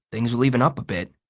things will even up a bit.